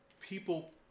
people